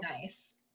nice